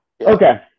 Okay